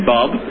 Bob